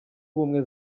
ubumwe